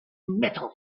metals